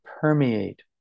permeate